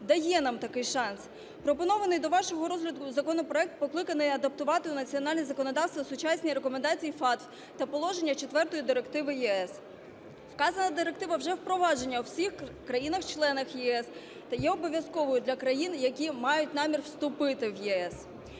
дає нам такий шанс. Пропонований до вашого розгляду законопроект покликаний адаптувати національне законодавства в сучасній рекомендації FATF та положення четвертої Директиви ЄС. Вказана директива вже впроваджена в усіх країнах-членах ЄС та є обов'язковою для країн, які мають намір вступити в ЄС.